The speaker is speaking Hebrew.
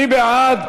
מי בעד?